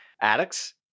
addicts